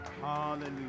Hallelujah